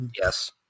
Yes